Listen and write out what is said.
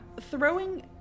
throwing